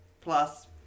plus